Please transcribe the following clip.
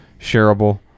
shareable